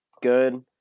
good